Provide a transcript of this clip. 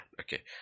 Okay